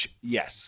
yes